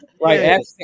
right